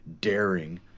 daring